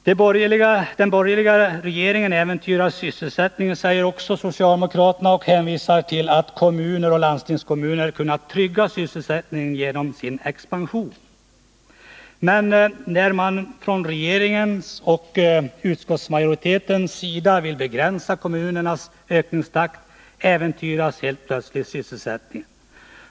Den borgerliga regeringen äventyrar sysselsättningen, säger socialdemokraterna och hänvisar till att kommuner och landstingskommuner kunnat trygga sysselsättningen genom sin expansion. Men när nu regeringen och utskottsmajoriteten vill sänka takten för kommunernas sysselsättningsökning, äventyras helt plötsligt sysselsättningen.